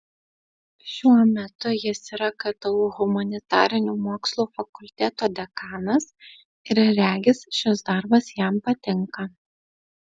šiuo metu jis yra ktu humanitarinių mokslų fakulteto dekanas ir regis šis darbas jam patinka